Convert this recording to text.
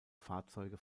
fahrzeuge